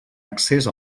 accés